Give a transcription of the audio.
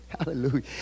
hallelujah